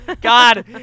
God